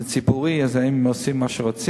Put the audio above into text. זה ציבורי, אז הם עושים מה שרוצים.